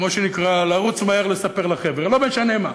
כמו שנקרא: לרוץ מהר לספר לחבר'ה לא משנה מה.